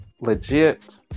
legit